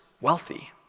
wealthy